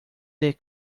del